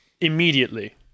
immediately